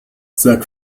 sag